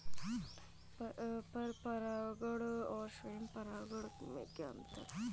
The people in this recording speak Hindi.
पर परागण और स्वयं परागण में क्या अंतर है?